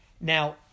Now